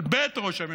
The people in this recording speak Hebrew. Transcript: של בית ראש הממשלה.